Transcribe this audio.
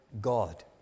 God